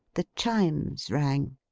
the chimes rang.